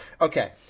okay